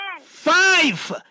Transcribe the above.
Five